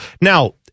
Now